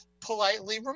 politely